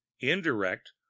indirect